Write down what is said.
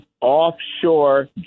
offshore